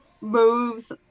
moves